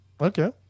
okay